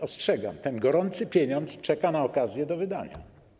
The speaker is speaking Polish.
Ostrzegam: ten gorący pieniądz czeka na okazję do wydania.